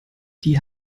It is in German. die